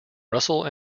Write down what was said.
russell